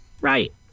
right